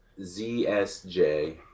ZSJ